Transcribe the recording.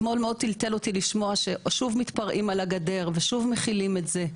אתמול מאוד טלטל אותי לשמוע ששוב מתפרעים על הגדר ושוב מכילים את זה.